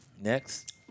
Next